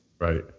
right